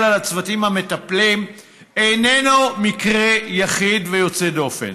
על הצוותים המטפלים איננו מקרה יחיד ויוצא דופן.